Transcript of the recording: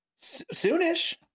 Soonish